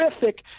terrific